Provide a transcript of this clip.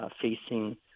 facing